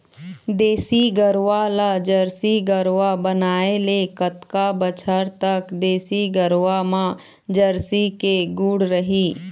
देसी गरवा ला जरसी गरवा बनाए ले कतका बछर तक देसी गरवा मा जरसी के गुण रही?